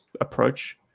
approach